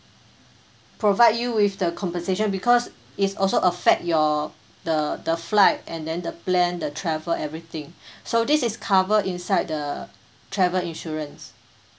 provide you with the compensation because it's also affect your the the flight and then the plan the travel everything so this is covered inside the travel insurance